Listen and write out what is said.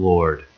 Lord